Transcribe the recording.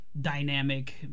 dynamic